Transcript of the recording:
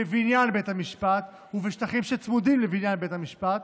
בבניין בית המשפט ובשטחים שצמודים לבניין בית המשפט,